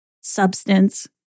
substance